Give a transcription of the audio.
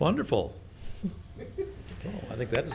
wonderful i think that